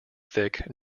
thick